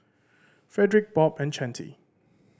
Fredrick Bob and Chante